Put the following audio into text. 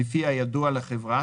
לפי הידוע לחברה,